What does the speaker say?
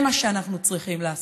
זה מה שאנחנו צריכים לעשות,